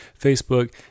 Facebook